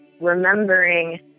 remembering